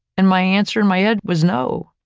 and my answer in my head was no,